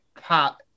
pop